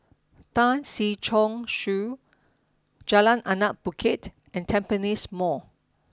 Tan Si Chong Su Jalan Anak Bukit and Tampines Mall